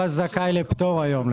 היום הוא זכאי לפטור.